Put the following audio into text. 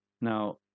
now